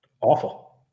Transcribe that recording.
awful